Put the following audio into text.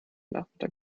nachmittag